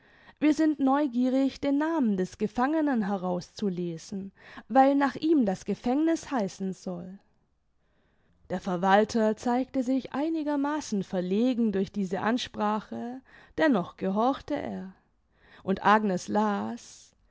wir sind neugierig den namen des gefangenen herauszulesen weil nach ihm das gefängniß heißen soll der verwalter zeigte sich einigermaßen verlegen durch diese ansprache dennoch gehorchte er und agnes las